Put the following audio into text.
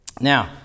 Now